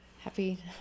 happy